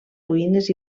ruïnes